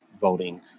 voting